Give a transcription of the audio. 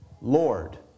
Lord